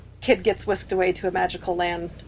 kid-gets-whisked-away-to-a-magical-land